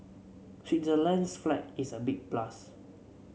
Switzerland's flag is a big plus